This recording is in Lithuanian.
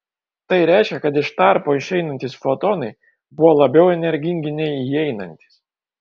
tai reiškia kad iš tarpo išeinantys fotonai buvo labiau energingi nei įeinantys